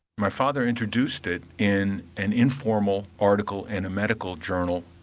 my father introduced it in an informal article in a medical journal,